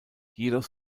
jedoch